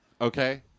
Okay